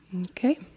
Okay